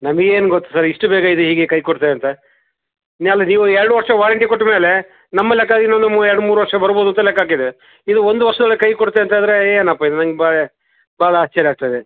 ನಮಗೇನು ಗೊತ್ತು ಸರ್ ಇಷ್ಟು ಬೇಗ ಇದು ಹೀಗೆ ಕೈ ಕೊಡ್ತದೆ ಅಂತ ಅಲ್ಲ ನೀವು ಎರಡು ವರ್ಷ ವಾರಂಟಿ ಕೊಟ್ಟಮೇಲೆ ನಮ್ಮ ಲೆಕ್ಕ ಇನ್ನೊಂದು ಮೂರು ಎರಡು ಮೂರು ವರ್ಷ ಬರ್ಬೋದು ಅಂತ ಲೆಕ್ಕ ಹಾಕಿದ್ದೆ ಇದು ಒಂದು ವರ್ಷದೊಳಗೆ ಕೈ ಕೊಡುತ್ತೆ ಅಂತಂದರೆ ಏನೋಪ್ಪಾ ಇದು ನಂಗೆ ಭಾಳ ಭಾಳ ಆಶ್ಚರ್ಯ ಆಗ್ತದೆ